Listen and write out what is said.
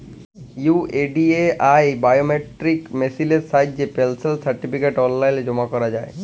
UIDAI biometric মেসিলের সাহায্যে পেলশল সার্টিফিকেট অললাইল জমা ক্যরা যায়